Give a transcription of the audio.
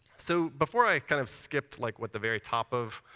so before, i kind of skipped like what the very top of